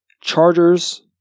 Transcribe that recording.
Chargers